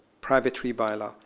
privacy by law.